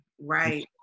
Right